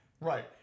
Right